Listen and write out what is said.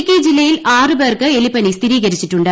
ഇടുക്കി ജില്ലയിൽ ആറ് പേർക്ക് എലിപ്പനി സ്ഥിരീകരിച്ചിട്ടുണ്ട്